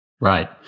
Right